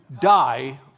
die